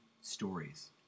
stories